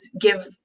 give